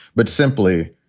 but simply,